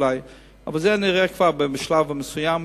אבל את זה נראה כבר בשלב מאוחר יותר.